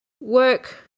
work